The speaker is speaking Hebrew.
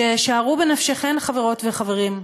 ש-שערו בנפשכן, חברות וחברים,